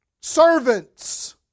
Servants